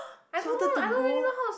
she wanted to go